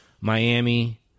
Miami